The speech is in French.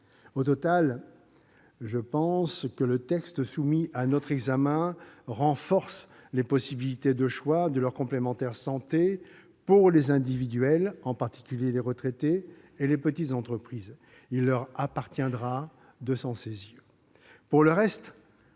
Au total, le texte soumis à notre examen me paraît renforcer les possibilités de choix de leur complémentaire santé pour les souscripteurs individuels, en particulier les retraités, et les petites entreprises. Il leur appartiendra de s'en saisir.